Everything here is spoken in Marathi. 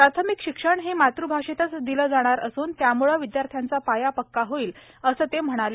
प्राथमिक शिक्षण हे मातृभाषेतच दिलं जाणार असून त्याम्ळे विद्यार्थांचा पाया पक्का होईल असं ते म्हणाले